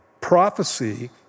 prophecy